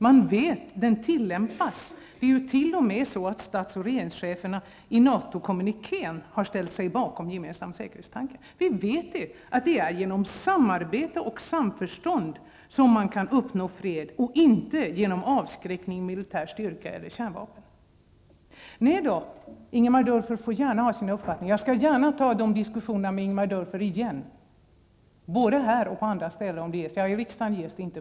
Man vet att den tillämpas. Det är t.o.m. så, att stats och regeringscheferna i NATO kommunikén har ställt sig bakom gemensamma säkerhetstankar. Vi vet att det är genom samarbete och samförstånd som man kan uppnå fred och inte genom avskräckning, militär styrka eller kärnvapen. Ingemar Dörfer får gärna ha sina uppfattningar, och jag skall gärna föra dessa diskussioner med honom igen.